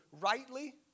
rightly